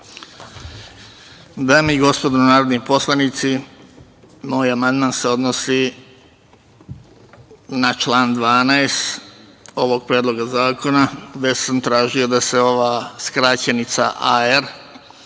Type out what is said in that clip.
Dame i gospodo narodni poslanici, moj amandman se odnosi na član 12. ovoga predloga zakona, gde sam tražio da se ova skraćenica „AR“,